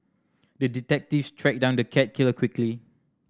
the detective tracked down the cat killer quickly